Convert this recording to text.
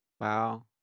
Wow